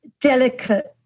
delicate